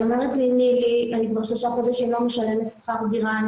היא אומרת ששלושה חודשים היא לא משלמת שכר דירה והיא